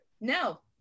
no